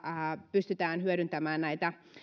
pystytään hyödyntämään